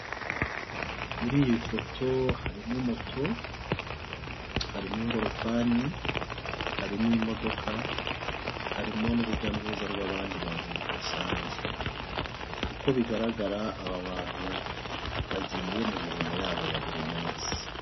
Muri iyi foto harimo moto, harimo ingorofani, harimo imodoka, harimo n'urujya n'uruza rw'abandi bantu muri rusange uko bigaragara aba bantu bagiye mu mirimo yabo yaburi munsi